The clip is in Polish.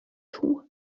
czuł